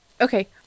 Okay